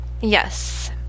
yes